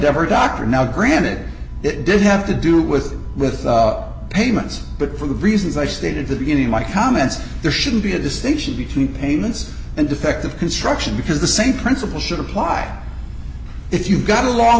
endeavor doctor now granted it did have to do with with payments but for the reasons i stated that beginning my comments there shouldn't be a distinction between payments and defective construction because the same principle should apply if you've got a long